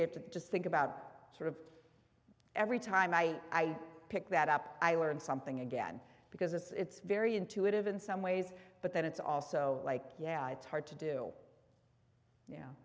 we have to just think about sort of every time i pick that up i learn something again because it's very intuitive in some ways but then it's also like yeah it's hard to do y